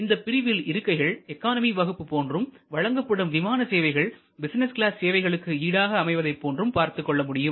இந்த பிரிவில் இருக்கைகள் எக்கானமி வகுப்பும் போன்றும் வழங்கப்படும் விமான சேவைகள் பிசினஸ் கிளாஸ் சேவைகளுக்கு ஈடாக அமைவதைப் போன்று பார்த்துக்கொள்ள முடியும்